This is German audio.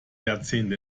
jahrzehnte